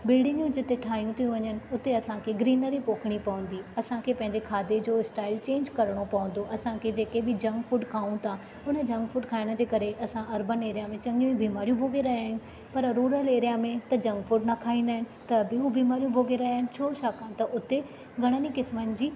बिल्डिंगूं जिथे ठाहियूं थियूं वञणु हुते असांखे ग्रीनरी पोखणी पवंदी असांखे पंहिंजे खाधे जो स्टाइल चैनज करणो पवंदो असांखे जेके बि जंक फूड खाऊं था हुन जंक फूड खाइण जे करे असां अर्बन एरिया में चंङियूं बीमारियूं भोगे॒ रहिया आहिनि पर रुरल एरिया में त जंक फूड न खाईंदा आहिनि त ॿियूं बीमारियूं भोगे॒ रहिया आहिनि छो छाकाणि त हुते घणनि ई क़िस्मनि जी